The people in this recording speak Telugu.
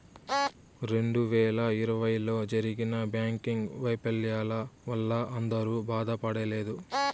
రెండు వేల ఇరవైలో జరిగిన బ్యాంకింగ్ వైఫల్యాల వల్ల అందరూ బాధపడలేదు